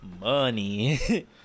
money